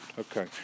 Okay